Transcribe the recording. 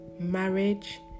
marriage